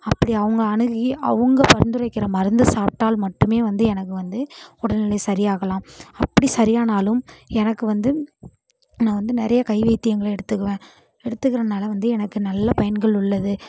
அப்படி அவங்க அணுகி அவங்க பரிந்துரைக்கிற மருந்து சாப்பிட்டால் மட்டுமே வந்து எனக்கு வந்து உடல்நிலை சரியாகலாம் அப்படி சரியானாலும் எனக்கு வந்து நான் வந்து நிறையா கைவைத்தியங்களை எடுத்துக்குவேன் எடுத்துக்கறதுனால வந்து எனக்கு நல்ல பயன்கள் உள்ளது